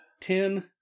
Ten